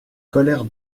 colères